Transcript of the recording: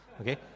okay